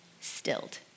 stilled